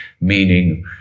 meaning